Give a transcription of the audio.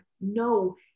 no